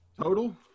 Total